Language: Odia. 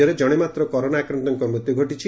ଆଜି ରାଜ୍ୟରେ ଜଶେ ମାତ୍ର କରୋନା ଆକ୍ରାନ୍ତଙ୍କ ମୃତ୍ୟୁ ଘଟିଛି